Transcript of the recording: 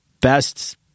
best